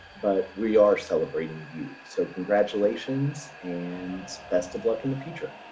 but we are celebrating you. so congratulations and best of luck in the future!